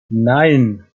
nein